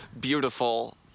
beautiful